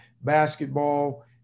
basketball